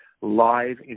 live